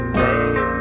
made